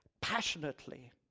passionately